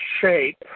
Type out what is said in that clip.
shape